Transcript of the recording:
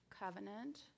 Covenant